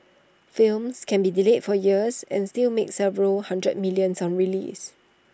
films can be delayed for years and still make several hundred millions on release